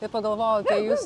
ir pagalvojau tai jūs